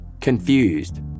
Confused